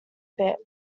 bit